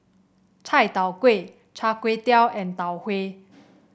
Chai Tow Kuay Char Kway Teow and Tau Huay